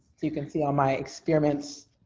so you can see all my experiments.